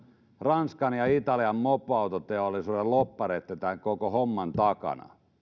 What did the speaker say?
ranskan ja ja italian mopoautoteollisuuden lobbarit ovat koko homman takana